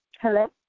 Hello